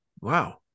wow